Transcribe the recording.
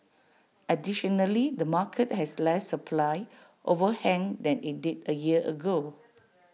additionally the market has less supply overhang than IT did A year ago